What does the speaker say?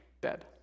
dead